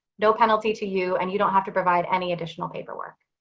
no penalty to you, and you don't have to provide any additional paperwork.